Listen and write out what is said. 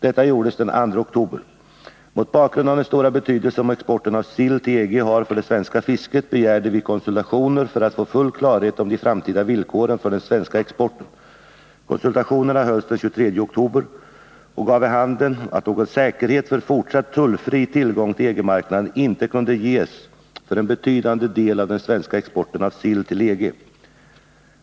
Det gjordes den 2 oktober. Mot bakgrund av den stora betydelse som exporten av sill till EG har för det svenska fisket begärde vi konsultationer för att få full klarhet om de framtida villkoren för den svenska exporten. Konsultationerna hölls den 23 oktober och gav vid handen att någon säkerhet för fortsatt tullfri tillgång till EG-marknaden inte kunde ges för en betydande del av den svenska exporten av sill till EG.